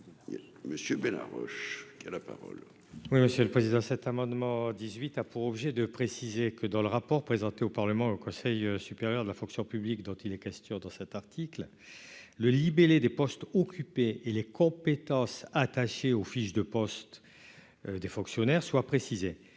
monsieur Benalla, Roche, il a la parole. Oui, Monsieur le Président, cet amendement dix-huit a pour objet de préciser que dans le rapport présenté au Parlement, le Conseil supérieur de la fonction publique, dont il est question dans cet article le libellé des postes occupés et les compétences attaché aux fiches de postes des fonctionnaires soit précisé,